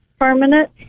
permanent